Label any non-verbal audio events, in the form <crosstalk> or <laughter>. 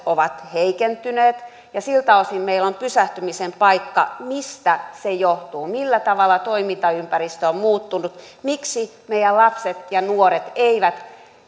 <unintelligible> ovat heikentyneet ja siltä osin meillä on pysähtymisen paikka mistä se johtuu millä tavalla toimintaympäristö on muuttunut miksi meidän lapsemme ja nuoremme eivät